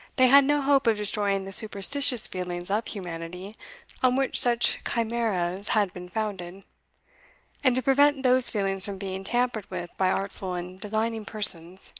they had no hope of destroying the superstitious feelings of humanity on which such chimeras had been founded and to prevent those feelings from being tampered with by artful and designing persons,